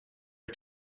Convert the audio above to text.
are